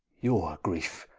your greefe,